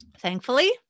Thankfully